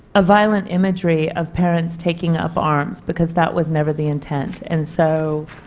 a violent imagery of parents taking up arms. because that was never the intent. and so